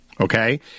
Okay